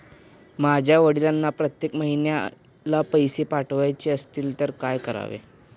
माझ्या वडिलांना प्रत्येक महिन्याला पैसे पाठवायचे असतील तर काय करावे?